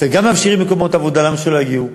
אתם גם מאפשרים מקומות עבודה, למה שלא יגיעו?